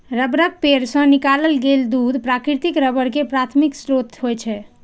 रबड़क पेड़ सं निकालल गेल दूध प्राकृतिक रबड़ के प्राथमिक स्रोत होइ छै